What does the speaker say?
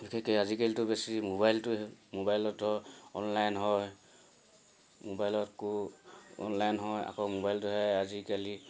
বিশেষকৈ আজিকালিতো বেছি মোবাইলটোৱে মোবাইলতো অনলাইন হয় মোবাইলত আকৌ অনলাইন হয় আকৌ মোবাইলটো হয় আজিকালি